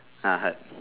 ah hut